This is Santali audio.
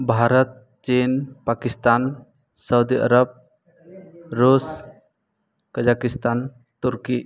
ᱵᱷᱟᱨᱚᱛ ᱪᱤᱱ ᱯᱟᱠᱤᱥᱛᱟᱱ ᱥᱳᱣᱫᱤᱼᱟᱨᱚᱵᱽ ᱨᱩᱥ ᱠᱟᱡᱟᱠᱤᱥᱛᱟᱱ ᱛᱩᱨᱠᱤ